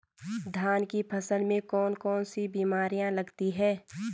धान की फसल में कौन कौन सी बीमारियां लगती हैं?